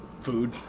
Food